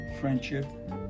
friendship